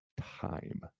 time